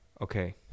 okay